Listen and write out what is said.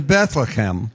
Bethlehem